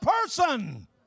person